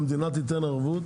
המדינה תתן עכשיו ערבות